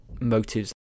motives